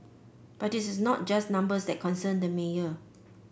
but it is not just numbers that concern the mayor